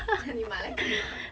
你买来干嘛